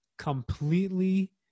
completely